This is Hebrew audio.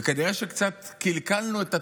וכנראה שקצת קלקלנו את התוכנית,